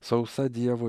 sausa dievo